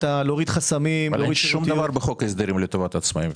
להוריד חסמים- -- אין שום דבר בחוק ההסדרים לטובת העסקים.